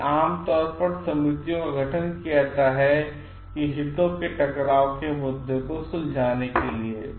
इसलिए आमतौर पर समितियों का गठन किया जाता है हितों के इस टकराव को सुलझाने के लिए